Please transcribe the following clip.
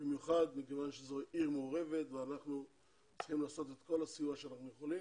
מכיוון שזאת עיר מעורבת ואנחנו צריכים לתת את כל הסיוע שאנחנו יכולים.